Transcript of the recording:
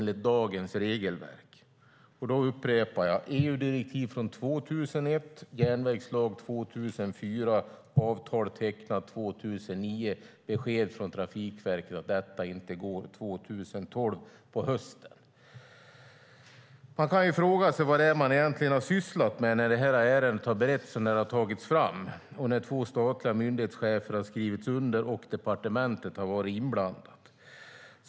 Jag upprepar: Det är EU-direktiv från 2001, järnvägslag från 2004, avtal från 2009 och besked från Trafikverket om att detta inte går år 2012 på hösten. Man kan fråga sig vad folk egentligen har sysslat med när ärendet har tagits fram och beretts och när två statliga myndighetschefer har skrivit under och departementet har varit inblandat.